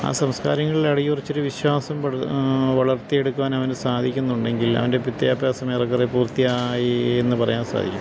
ആ സംസ്കാരങ്ങളിൽ അടിയുറച്ചൊരു വിശ്വാസം വളർത്തിയെടുക്കാനവനു സാധിക്കുന്നുണ്ടെങ്കിൽ അവൻ്റെ വിദ്യാഭ്യാസം ഏറെക്കുറെ പൂർത്തിയായി എന്നു പറയാൻ സാധിക്കും